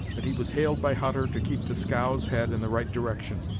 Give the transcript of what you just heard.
that he was hailed by hutter to keep the scow's head in the right direction,